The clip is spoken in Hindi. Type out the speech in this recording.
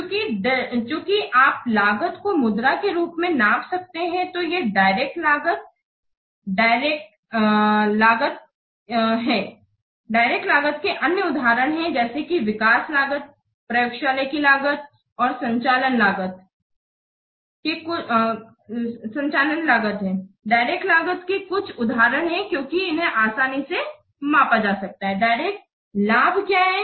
इसलिए चूंकि आप लागत को मुद्रा के रूप में नाप सकते हैं तो ये डायरेक्ट लागत है डायरेक्ट के अन्य उदाहरणों है जैसे कि विकास लागत प्रयोगशाला की लागत और संचालन लागत डायरेक्ट लागत के कुछ उदाहरण है क्योंकि उन्हें आसानी से मापा जा सकता है डायरेक्ट लाभ क्या है